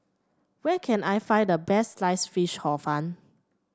where can I find the best Sliced Fish Hor Fun